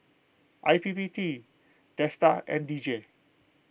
I P P T DSTA and D J